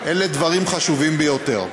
אלה דברים חשובים ביותר.